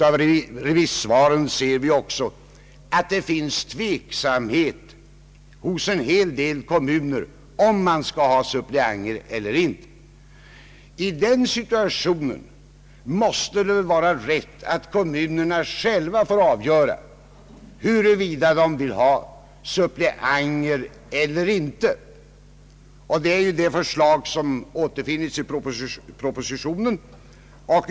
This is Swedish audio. Av remissvaren framgår att det finns tveksamhet hos en hel del kommuner om man skall ha suppleanter eller inte. I den situationen måste det vara rätt, att kommunerna själva får avgöra huruvida de vill ha suppleanter eller inte. Det är det förslag som återfinnes i Ppropositionen.